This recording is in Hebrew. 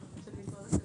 של משרד הכלכלה.